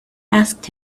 asked